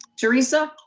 teresa.